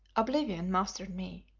oblivion mastered me.